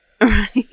Right